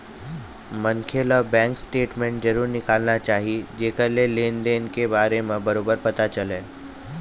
मनखे ल bank statement जरूर निकालना चाही जेखर ले लेन देन के बारे म बरोबर पता चलय